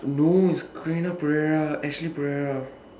no it's Carina Perera Ashley Perera